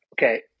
okay